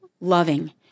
loving